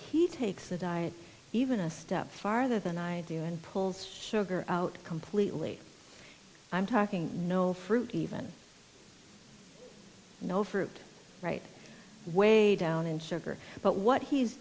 he takes a diet even a step farther than i do and pulls sugar out completely i'm talking no fruit even no fruit right way down in sugar but what he's